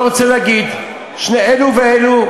לא רוצה להגיד: אלו ואלו,